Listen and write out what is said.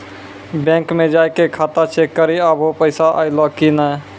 bank मे जाय के खाता चेक करी आभो पैसा अयलौं कि नै